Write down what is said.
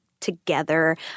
together